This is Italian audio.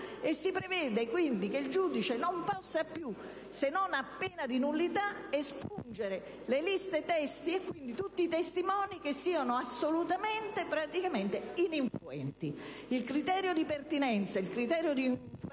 e si prevede quindi che il giudice non possa più, se non a pena di nullità, espungere le liste testi, e quindi tutti i testimoni che siano assolutamente e praticamente ininfluenti. Il criterio di pertinenza e di influenza